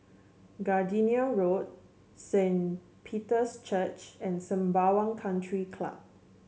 Gardenia Road Saint Peter's Church and Sembawang Country Club